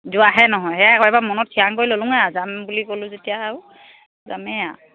যোৱাৰহে নহয় সেয়াই আকৌ এইবাৰ মনত থিৰাং কৰি ল'লো আৰু যাম বুলি ক'লোঁ যেতিয়া আৰু যামেই আৰু